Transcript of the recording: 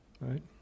right